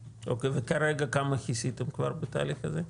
וכרגע כמה כיסיתם כבר בחלק הזה?